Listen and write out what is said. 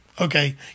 Okay